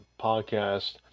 podcast